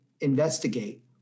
investigate